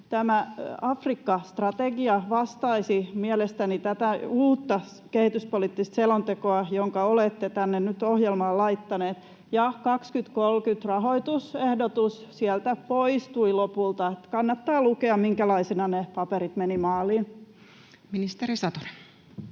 tämä Afrikka-strategia vastaisi mielestäni tätä uutta kehityspoliittista selontekoa, jonka olette tänne ohjelmaan nyt laittaneet, ja 2030:n rahoitusehdotus sieltä poistui lopulta, niin että kannattaa lukea, minkälaisina ne paperit menivät maaliin. [Speech 260]